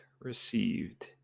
received